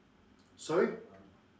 sorry